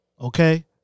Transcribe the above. Okay